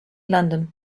london